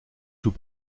sous